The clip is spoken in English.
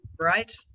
Right